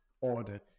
order